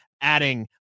adding